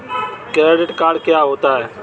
Credit card क्या होता है?